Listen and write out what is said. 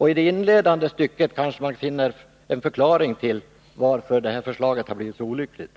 I det inledande stycket kanske man finner förklaringen till att förslaget har blivit så olyckligt: